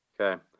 Okay